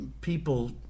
people